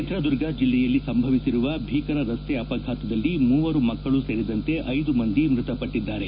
ಚಿತ್ರದುರ್ಗ ಜಿಲ್ಲೆಯಲ್ಲಿ ಸಂಭವಿಸಿರುವ ಭೀಕರ ರಸ್ತೆ ಅಪಘಾತದಲ್ಲಿ ಮೂವರು ಮಕ್ಕಳು ಸೇರಿದಂತೆ ಐವರು ಮೃತಪಟ್ಟಿದ್ದಾರೆ